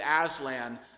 Aslan